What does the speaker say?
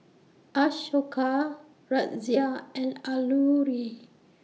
Ashoka Razia and Alluri